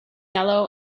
yellow